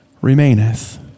remaineth